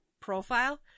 profile